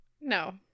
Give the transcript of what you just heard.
no